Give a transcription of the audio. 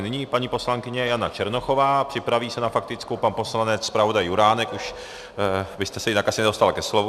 Nyní paní poslankyně Jana Černochová, připraví se s faktickou pan poslanec zpravodaj Juránek, už byste se asi jinak nedostal ke slovu.